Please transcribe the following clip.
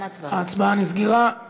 ההצבעה נסגרה.